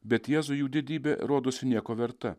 bet jėzui jų didybė rodosi nieko verta